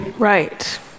Right